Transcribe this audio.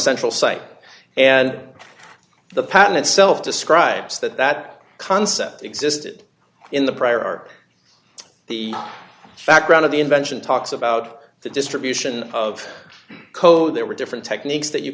central site and the patent itself describes that that concept existed in the prior art the background of the invention talks about the distribution of code there were different techniques that you